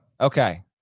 Okay